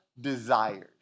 desires